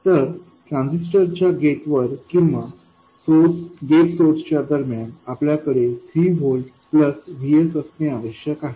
तर ट्रान्झिस्टर च्या गेट वर किंवा गेट सोर्स च्या दरम्यान आपल्याकडे 3 व्होल्ट प्लस VSअसणे आवश्यक आहे